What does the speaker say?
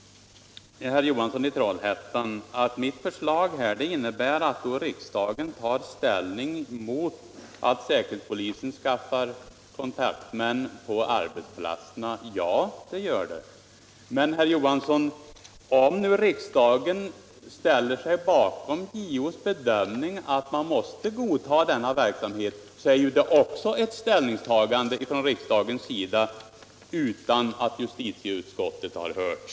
Herr Johansson i Trollhättan menar alt mitt förslag innebär att riksdagen tar ställning mot att säkerhetspolisen skaffar kontaktmän på arbetsplatserna. Ja, det gör det. Men om riksdagen ställer sig bakom JO:s bedömning att verksamheten måste godtas, så är det också ett ställningstagande från riksdagens sida — utan att justitieutskottet har hörts.